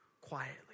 quietly